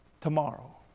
Tomorrow